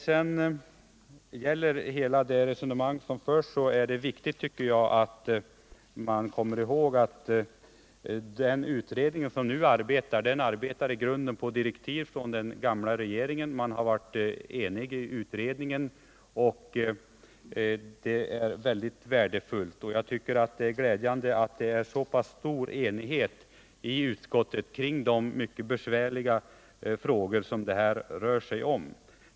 Jag tycker det är viktigt att komma ihåg att utredningen i grunden har sina direktiv från den gamla regeringen. Man har varit enig i utredningen och det är värdefullt. Jag tycker det är glädjande att vi har så pass stor enighet i utskottet kring de mycket besvärliga frågor det här rör sig om.